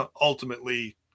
ultimately